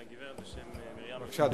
בבקשה, אדוני.